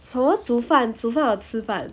什么煮饭煮饭 or 吃饭